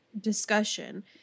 discussion